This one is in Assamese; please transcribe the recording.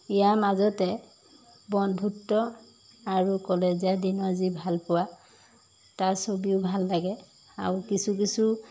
ইয়াৰ মাজতে বন্ধুত্ব আৰু কলেজীয়া দিনৰ যি ভাল পোৱা তাৰ ছবিও ভাল লাগে আৰু কিছু কিছু